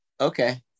okay